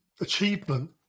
achievement